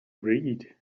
read